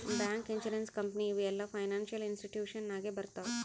bank, insurance company ಇವು ಎಲ್ಲಾ financial institution ನಾಗೆ ಬರ್ತಾವ್